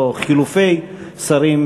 לא חילופי שרים,